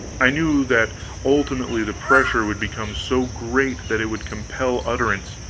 i knew that ultimately the pressure would become so great that it would compel utterance